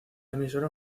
emisora